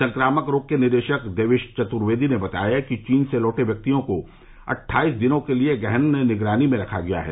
संक्रामक रोग के निदेशक देवेश चतुर्वेदी ने बताया है कि चीन से लौटे व्यक्तियों को अट्ठाइस दिनों के लिए गहन निगरानी में रखा गया है